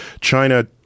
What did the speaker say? China